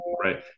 right